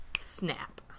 snap